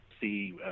see